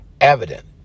evident